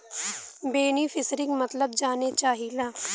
बेनिफिसरीक मतलब जाने चाहीला?